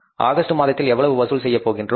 August மாதத்தில் எவ்வளவு வசூல் செய்யப் போகின்றோம்